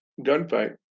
gunfight